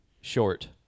short